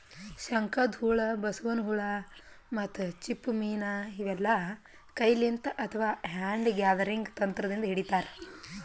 ಶಂಕದ್ಹುಳ, ಬಸವನ್ ಹುಳ ಮತ್ತ್ ಚಿಪ್ಪ ಮೀನ್ ಇವೆಲ್ಲಾ ಕೈಲಿಂತ್ ಅಥವಾ ಹ್ಯಾಂಡ್ ಗ್ಯಾದರಿಂಗ್ ತಂತ್ರದಿಂದ್ ಹಿಡಿತಾರ್